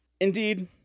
Indeed